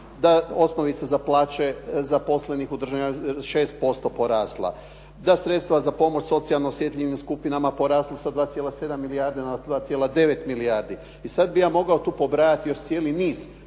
Da osnovica za plaće zaposlenih u …/Govornik se ne razumije./… 6% porasta. Da sredstva za pomoć socijalno-osjetljivim skupinama porasla sa 2,7 milijardi na 2,9 milijardi. I sada bih ja mogao tu pobrajati još cijeli niz